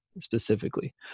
specifically